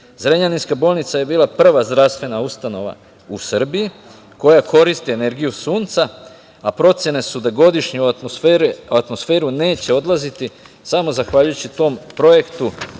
Sunca. Zrenjaninska bolnica je bila prva zdravstvena ustanova u Srbiji koja koristi energiju Sunca, a procene su da godišnje u atmosferu neće odlaziti samo zahvaljujući tom projektu